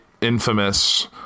infamous